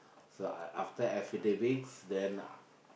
so I after affidavits then I